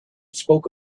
spoke